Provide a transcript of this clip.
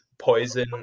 Poison